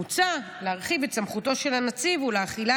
מוצע להרחיב את סמכותו של הנציב ולהחילה